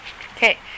Okay